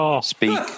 Speak